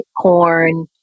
Corn